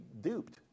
duped